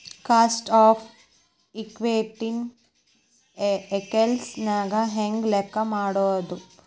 Cost of equity ನ Excel ನ್ಯಾಗ ಹೆಂಗ್ ಲೆಕ್ಕಾ ಮಾಡೊದು?